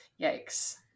Yikes